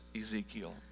Ezekiel